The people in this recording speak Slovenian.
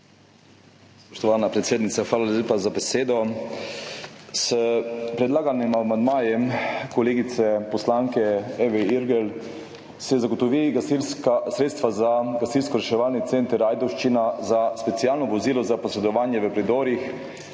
S predlaganim amandmajem kolegice poslanke Eve Irgl se zagotovi sredstva za Gasilsko reševalni center Ajdovščina za specialno vozilo za posedovanje v predorih,